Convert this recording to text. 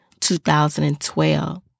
2012